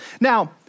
Now